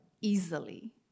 easily